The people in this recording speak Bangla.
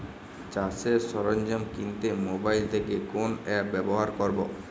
চাষের সরঞ্জাম কিনতে মোবাইল থেকে কোন অ্যাপ ব্যাবহার করব?